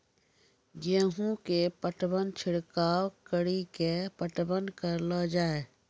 गेहूँ के पटवन छिड़काव कड़ी के पटवन करलो जाय?